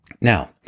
Now